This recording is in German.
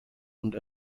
und